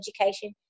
education